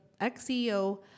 ex-CEO